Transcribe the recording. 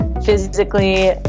physically